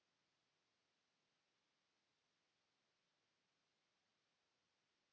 Kiitos